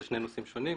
אלו שני דברים שונים.